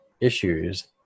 issues